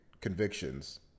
convictions